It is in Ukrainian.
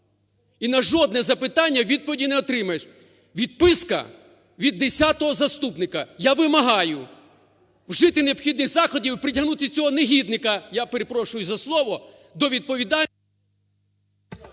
і на жодне запитання відповіді не отримаєш – відписка від десятого заступника. Я вимагаю вжити необхідних заходів і притягнути цього негідника, я перепрошую, за слово до відповідальності.